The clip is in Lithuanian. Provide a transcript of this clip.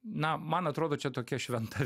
na man atrodo čia tokia šventa